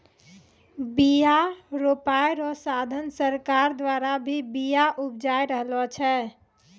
बिया रोपाय रो साधन सरकार द्वारा भी बिया उपजाय रहलो छै